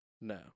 No